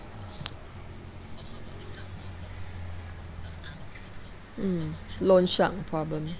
mm loan shark problem